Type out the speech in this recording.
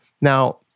Now